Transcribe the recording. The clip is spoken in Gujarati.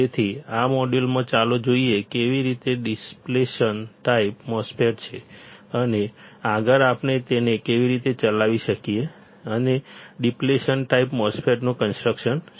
તેથી આ મોડ્યુલમાં ચાલો જોઈએ કે કેવી રીતે ડીપ્લેશન ટાઈપ MOSFET છે અને આગળ આપણે તેને કેવી રીતે ચલાવી શકીએ અને ડીપ્લેશન ટાઈપ MOSFET નું કન્સ્ટ્રકશન શું છે